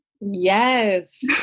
yes